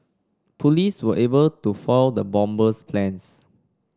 police were able to foil the bomber's plans